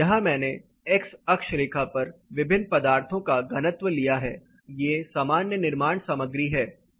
यहां मैंने x अक्ष रेखा पर विभिन्न पदार्थों का घनत्व लिया है ये सामान्य निर्माण सामग्री हैं